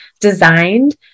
designed